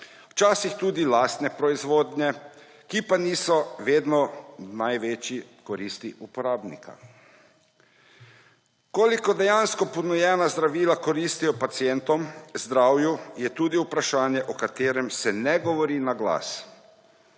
včasih tudi lastne proizvodnje, ki pa niso vedno v največjo korist uporabnika. Koliko dejansko ponujena zdravila koristijo pacientom, zdravju, je tudi vprašanje, o katerem se ne govori naglas.